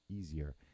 easier